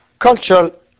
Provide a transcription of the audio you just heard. cultural